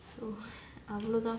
so அவ்ளோ தான்:avlo thaan